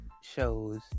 shows